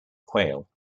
quayle